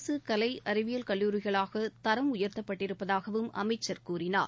அரசுகலைஅறிவியல் கல்லூரிகளாகதரம் உயர்த்தப்பட்டிருப்பதாகவும் அமைச்சர் கூறினார்